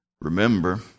remember